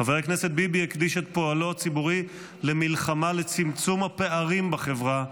חבר הכנסת ביבי הקדיש את פועלו הציבורי למלחמה לצמצום הפערים בחברה,